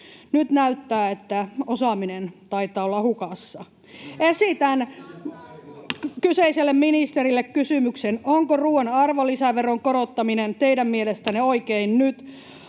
Nyt näyttää siltä, että osaaminen taitaa olla hukassa. [Jenna Simulan välihuuto] Esitän kyseiselle ministerille kysymyksen: onko ruuan arvonlisäveron korottaminen teidän mielestänne oikein nyt,